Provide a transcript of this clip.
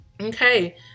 Okay